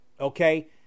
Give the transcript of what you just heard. Okay